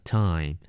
time